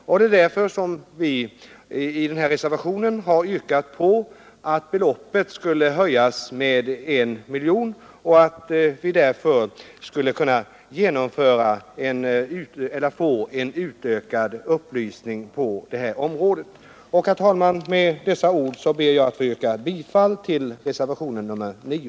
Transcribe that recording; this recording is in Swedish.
Vi har därför i reservationen 9 yrkat att beloppet skall höjas med 1 miljon, så att vi kan få till stånd en ökad upplysning på detta område. Herr talman! Med dessa ord ber jag att få yrka bifall till reservationen 9.